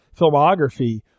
filmography